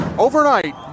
Overnight